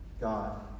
God